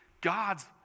God's